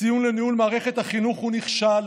הציון על ניהול מערכת החינוך הוא נכשל.